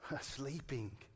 sleeping